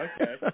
Okay